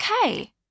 okay